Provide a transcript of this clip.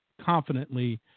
confidently